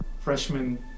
Freshman